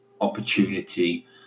opportunity